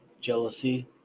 jealousy